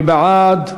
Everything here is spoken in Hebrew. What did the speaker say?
מי בעד?